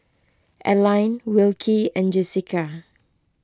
Alline Wilkie and Jessica